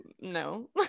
no